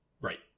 Right